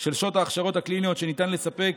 של שעות ההכשרות הקליניות שניתן לספק.